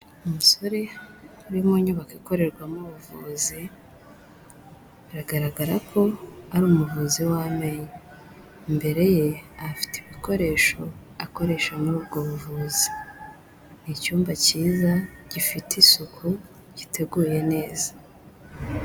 Umusore uri mu nyubako ikorerwamo ubuvuzi, biragaragara ko ari umuvuzi w'amenyo, mbere ye ahafite ibikoresho akoresha muri ubwo buvuzi, ni icyumba cyiza gifite isuku giteguye neza.